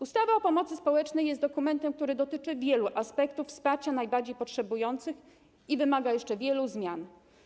Ustawa o pomocy społecznej jest dokumentem, który dotyczy wielu aspektów wsparcia najbardziej potrzebujących i wymaga jeszcze wielu zmian.